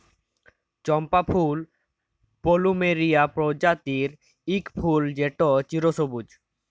চম্পা ফুল পলুমেরিয়া প্রজাতির ইক ফুল যেট চিরসবুজ